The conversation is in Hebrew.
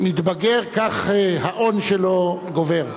מתבגר, כך האון שלו גובר.